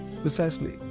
precisely